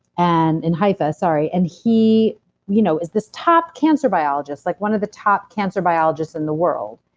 and in hyphae, sorry, and he you know is this top cancer biologist, like one of the top cancer biologists in the world,